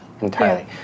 entirely